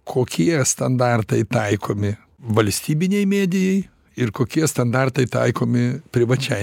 kokie standartai taikomi valstybinei medijai ir kokie standartai taikomi privačiai